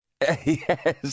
yes